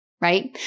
right